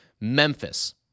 Memphis